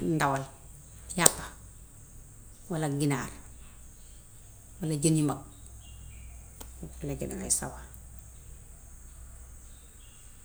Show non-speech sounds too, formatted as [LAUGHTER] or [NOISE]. Ngelaw, yàppa [NOISE] walla ginaar walla jën yu mag. Boo ko lekkee dangay sawar.